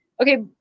okay